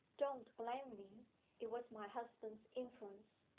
don't blame me it was my husband's influence.